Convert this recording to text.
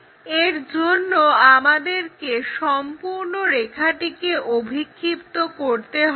এর জন্য আমাদেরকে এই সম্পূর্ণ রেখাটিকে অভিক্ষিপ্ত করতে হবে